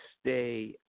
Stay